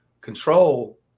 Control